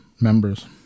members